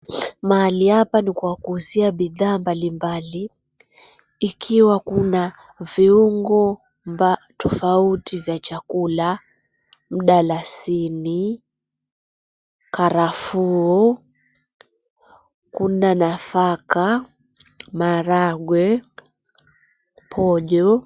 Mahali hapa ni kwa kuuzia bidhaa mbalimbali, ikiwa kuna viungo tofauti vya chakula: mdalasini, karafuu, kuna nafaka, maragwe, pojo.